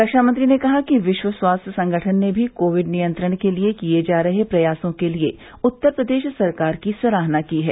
रक्षामंत्री ने कहा कि विश्व स्वास्थ्य संगठन ने भी कोविड नियंत्रण के लिये किये जा रहे प्रयासों के लिये उत्तर प्रदेश सरकार की सराहना की है